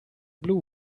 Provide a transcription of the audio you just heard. blue